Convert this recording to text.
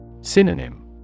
Synonym